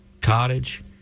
cottage